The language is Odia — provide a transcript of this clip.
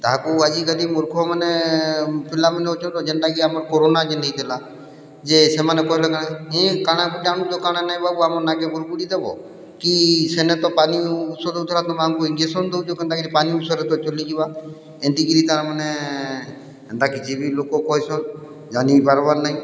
ତାହାକୁ ଆଜିକାଲି ମୂର୍ଖମାନେ ପିଲାମାନେ ଅଛନ୍ ଯେନ୍ଟାକି ଆମର୍ କୋରୋନା ଯେନ୍ ହେଇଥିଲା ଯେ ସେମାନେ କହେଲେ କି ନାଇଁ କାଣା ଗୁଟେ ଅନୁଚ କାଣା ନାଇଁ ବାବୁ ଆମର ନାକେ ବୁଡ଼୍ବୁଡ଼ି ଦେବ କି ସେନେ ତ ପାନି ଉଷୋ ଦଉଥିଲା ତମେ ଆମ୍କୁ ଇଞ୍ଜେକ୍ସନ୍ ଦଉଚ କେନ୍ତାକିରି ପାନି ଉଷୋରେ ତ ଚାଲିଯିବା ଏନ୍ତି କିରି ତାର୍ମାନେ ଏନ୍ତା କିଛି ବି ଲୋକ କହେସନ୍ ଜାନି ପାର୍ବାର୍ ନାଇଁ